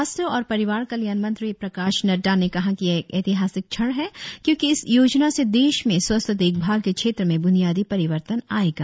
स्वास्थ्य और परिवार कल्याण मंत्री प्रकाश नड़डा ने कहा कि यह एक ऐतिहासिक क्षण है क्योंकि इस योजना से देश में स्वास्थ्य देखभाल के क्षेत्र में बुनियादी परिवर्तन आएगा